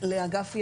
ולאגף יהדות,